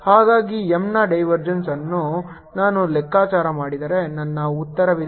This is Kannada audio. ಹಾಗಾಗಿ M ನ ಡೈವರ್ಜೆನ್ಸ್ ಅನ್ನು ನಾನು ಲೆಕ್ಕಾಚಾರ ಮಾಡಿದರೆ ನನ್ನ ಉತ್ತರವಿದೆ